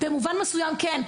במובן מסוים כן,